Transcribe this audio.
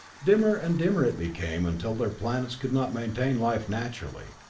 dimmer and dimmer it became, until their planets could not maintain life naturally.